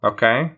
Okay